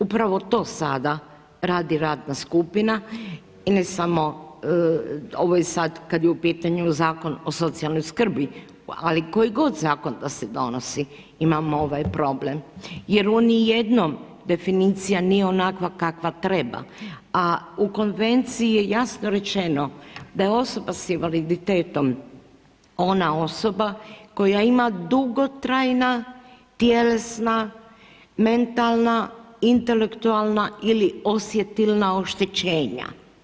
Upravo to sada radi radna skupina i ne samo, ovo je sad kada je u pitanju Zakon o socijalnoj skrbi ali koji god zakon da se donosi imamo ovaj problem jer u ni jednom definicija nije onakva kakva treba a u Konvenciji je jasno rečeno da je osoba sa invaliditetom ona osoba koja ima dugotrajna tjelesna, mentalna, intelektualna ili osjetilna oštećenja.